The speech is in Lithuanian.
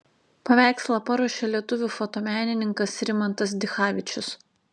paveikslą paruošė lietuvių fotomenininkas rimantas dichavičius